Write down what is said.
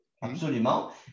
absolument